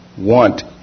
want